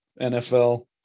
NFL